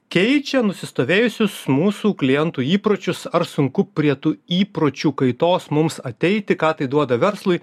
keičia nusistovėjusius mūsų klientų įpročius ar sunku prie tų įpročių kaitos mums ateiti ką tai duoda verslui